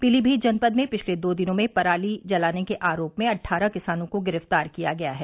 पीलीमीत जनपद में पिछले दो दिनों में पराली जलाने के आरोप में अट्ठारह किसानों को गिरफ्तार किया गया है